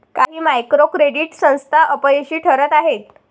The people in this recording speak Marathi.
काही मायक्रो क्रेडिट संस्था अपयशी ठरत आहेत